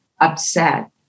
upset